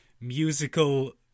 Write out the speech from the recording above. musical